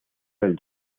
del